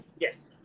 Yes